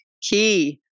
key